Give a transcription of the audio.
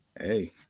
Hey